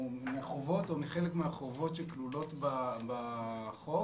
מהחובות או מחלק מהחובות שכלולות בחוק